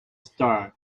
star